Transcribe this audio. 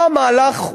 מה המהלך,